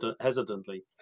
hesitantly